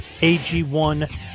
AG1